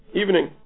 evening